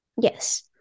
Yes